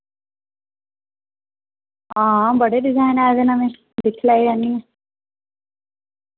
हां बड़े डिजाइन आए दे नमें दिक्खी लैएओ आह्नियै